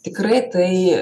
tikrai tai